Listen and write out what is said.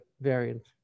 variant